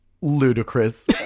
ludicrous